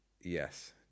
Yes